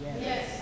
Yes